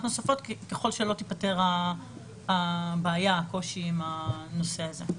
נוספות ככל שלא תיפתר הבעיה עם הנושא הזה.